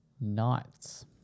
Knights